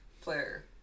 player